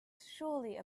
surely